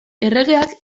erregeak